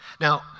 Now